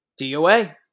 DOA